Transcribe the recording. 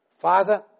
Father